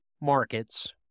markets